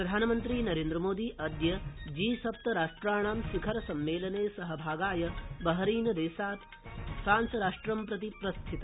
प्रधानमन्त्री नरेन्द्रमोदी अद्य जी सप्त राष्ट्राणां शिखरसम्मेलने सहभागाय बहरीनदेशात् फ्रांसराष्ट्रं प्रति प्रस्थित